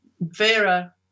Vera